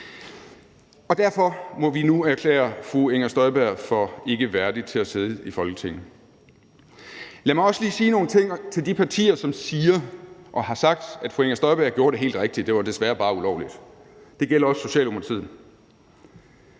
Og derfor må vi nu erklære fru Inger Støjberg for ikkeværdig til at sidde i Folketinget. Lad mig også lige sige nogle ting til de partier, som siger og har sagt, at fru Inger Støjberg gjorde det helt rigtige, men at det desværre bare var ulovligt – det gælder også Socialdemokratiet: